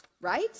Right